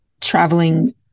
traveling